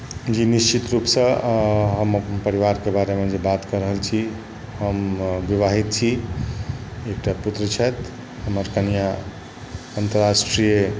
जी निश्चित रूपसँ हम अपन परिवारके बारेमे जे बात कऽ रहल छी हम विवाहित छी एकटा पुत्र छथि हमर कनिआँ अन्तर्राष्ट्रीय